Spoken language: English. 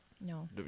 No